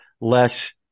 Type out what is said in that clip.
less